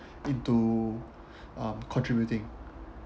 be to um contributing